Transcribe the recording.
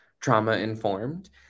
trauma-informed